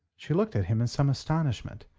she looked at him in some astonishment.